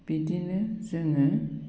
बिदिनो जोङो